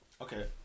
Okay